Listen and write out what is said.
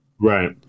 Right